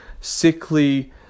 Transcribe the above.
sickly